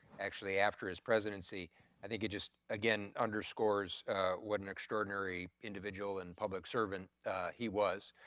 actually after his presidency i think he just again underscores what an extraordinary individual and public servant he was.